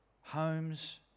homes